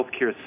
healthcare